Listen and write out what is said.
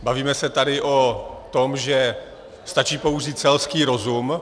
Bavíme se tady o tom, že stačí použít selský rozum.